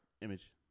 Image